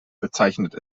bezeichnet